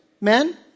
men